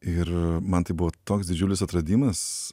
ir man tai buvo toks didžiulis atradimas